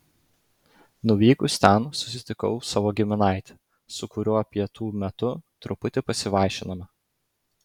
nuvykus ten susitikau savo giminaitį su kuriuo pietų metu truputį pasivaišinome